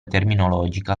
terminologica